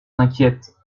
inquiètes